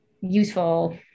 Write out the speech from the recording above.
useful